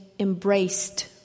embraced